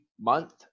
month